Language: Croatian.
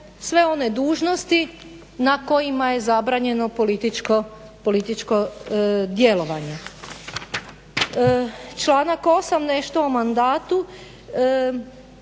sve one dužnosti na kojima je zabranjeno političko djelovanje. Članak 8., nešto o mandatu.